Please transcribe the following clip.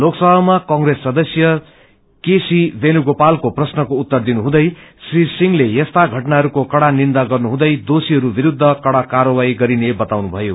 लोकसभामा कंग्रेस सदस्य केसी वेणुगोपालको प्रश्नको उत्तर दिनुहँदै श्री सिंहले यस्ता घटनाइस्को कडा निन्दा गर्नुहुँदै दोषीहरू विरूद्ध कड़ा कात्रवाही गरिने बताउनुथयो